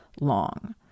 long